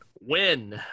win